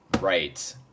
Right